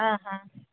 ஆ ஆ